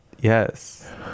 yes